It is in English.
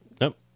Nope